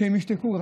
כשהם ישתקו,